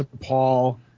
Paul